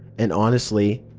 and, honestly,